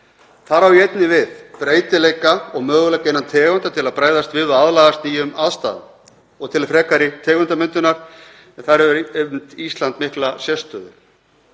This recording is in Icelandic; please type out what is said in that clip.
Þar á ég einnig við breytileika og möguleika innan tegunda til að bregðast við og aðlagast nýjum aðstæðum og til frekari tegundamyndunar en þar hefur Ísland einmitt mikla sérstöðu.